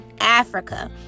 africa